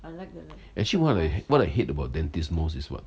actually what I what I hate about dentists most is what